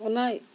ᱚᱱᱟ